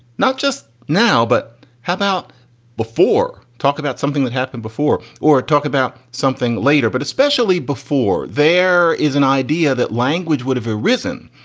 not just now. but how about before? talk about something that happened before or talk about something later. but especially before there is an idea that language would have arisen,